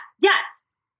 yes